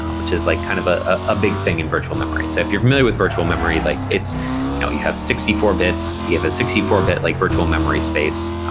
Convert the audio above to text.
which is like kind of ah a big thing in virtual memory. so if you're familiar with virtual memory, like you know you have sixty four bits, you have a sixty four bit like virtual memory space.